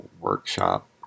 workshop